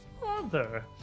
father